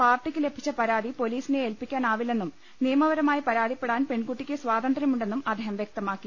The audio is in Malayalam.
പാർട്ടിക്ക് ലഭിച്ച പരാതി പൊലീസിനെ ഏൽപ്പിക്കാനാവില്ലെന്നും നിയമപരമായി പരാതിപ്പെടാൻ പെൺകുട്ടിക്ക് സ്വാതന്ത്ര്യമുണ്ടന്നും അദ്ദേഹം വൃക്തമാക്കി